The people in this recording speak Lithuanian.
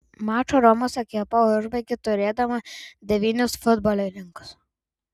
mačą romos ekipa užbaigė turėdama devynis futbolininkus